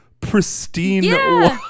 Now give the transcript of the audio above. pristine